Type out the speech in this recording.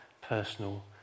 personal